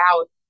out